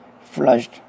flushed